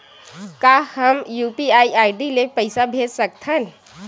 का हम UPI ID ले पईसा भेज सकथन?